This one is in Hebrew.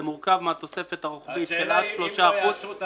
זה מורכב מהתוספת הרוחבית של עד 3% --- השאלה היא אם לא יאשרו את